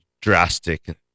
drastic